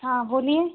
हाँ बोलिए